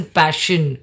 passion